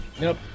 nope